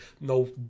no